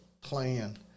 plan